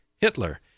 Hitler